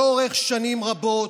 לאורך שנים רבות,